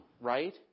right